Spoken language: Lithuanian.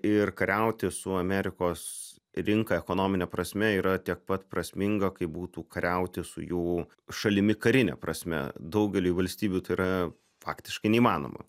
ir kariauti su amerikos rinka ekonomine prasme yra tiek pat prasminga kaip būtų kariauti su jų šalimi karine prasme daugeliui valstybių tai yra faktiškai neįmanoma